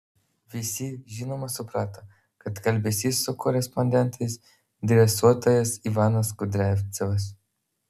visi žinoma suprato kad kalbėsis su korespondentais dresuotojas ivanas kudriavcevas